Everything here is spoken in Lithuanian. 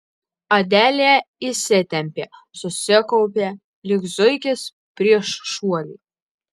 adelė įsitempė susikaupė lyg zuikis prieš šuolį